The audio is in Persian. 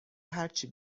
هرچی